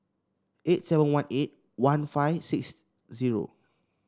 eight seven one eight one five six zero